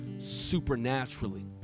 Supernaturally